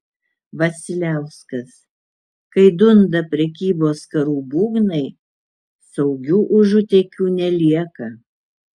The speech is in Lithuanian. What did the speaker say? vasiliauskas kai dunda prekybos karų būgnai saugių užutėkių nelieka